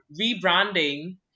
rebranding